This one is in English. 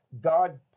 god